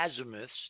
azimuths